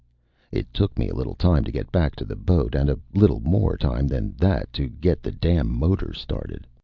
it took me a little time to get back to the boat and a little more time than that to get the damn motor started.